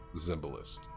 Zimbalist